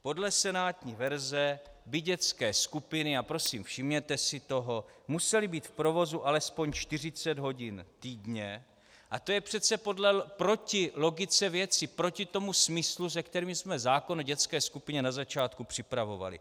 Podle senátní verze by dětské skupiny a prosím, všimněte si toho musely být v provozu alespoň 40 hodin týdně a to je přece proti logice věci, proti tomu smyslu, se kterým jsme zákon o dětské skupině na začátku připravovali.